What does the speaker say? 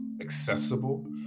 accessible